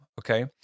Okay